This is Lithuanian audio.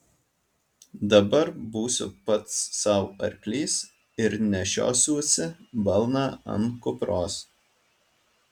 dabar būsiu pats sau arklys ir nešiosiuosi balną ant kupros